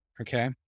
Okay